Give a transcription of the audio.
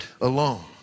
alone